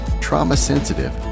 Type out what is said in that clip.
trauma-sensitive